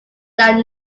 than